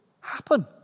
happen